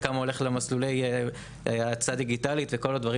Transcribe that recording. למסלולי האצה דיגיטלית וכו'